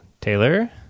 Taylor